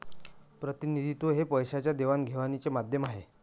प्रतिनिधित्व हे पैशाच्या देवाणघेवाणीचे माध्यम आहे